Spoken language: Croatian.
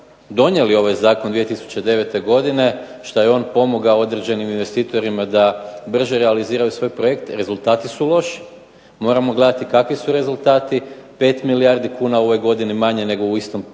donijeli ovaj Zakon 2009. godine što je on pomogao određenim investitorima da oni brže realiziraju svoj projekt rezultati su loši, moramo gledati kakvi su rezultati 5 milijardi kuna u ovoj godini manje nego u istom periodu